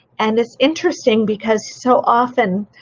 and it's interesting because so often,